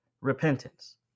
repentance